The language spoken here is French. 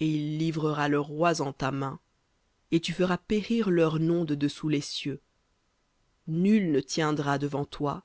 il livrera leurs rois en ta main et tu feras périr leur nom de dessous les cieux nul ne tiendra devant toi